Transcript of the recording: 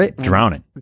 drowning